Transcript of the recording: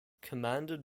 commanded